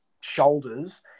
shoulders